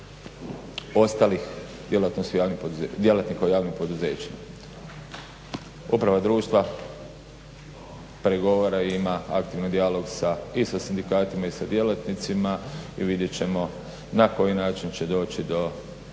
ostalih djelatnika u javnim poduzećima. Uprava društva pregovara, ima aktivni dijalog i sa sindikatima i sa djelatnicima i vidjet ćemo na koji način će doći do